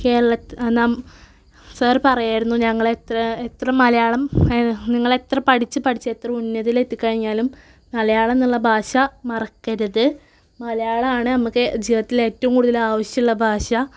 കേരളത് നം സാറ് പറയുമായിരുന്നു ഞങ്ങളെത്ര എത്ര മലയാളം നിങ്ങളെത്ര പഠിച്ച് പഠിച്ച് എത്ര ഉന്നതിയിലെത്തിക്കഴിഞ്ഞാലും മലയാളം എന്നുള്ള ഭാഷ മറക്കരുത് മലയാളമാണ് നമുക്ക് ജീവതത്തിൽ ഏറ്റവും കൂടുതല് ആവശ്യമുള്ള ഭാഷ